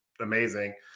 amazing